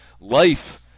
life